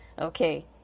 okay